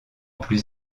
plus